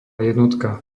jednotka